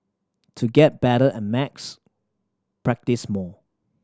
to get better at maths practise more